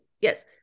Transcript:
yes